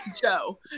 joe